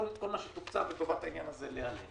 כל מה שתוקצב לטובת העניין הזה להיעלם